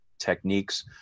techniques